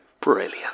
Brilliant